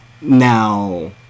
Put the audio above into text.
Now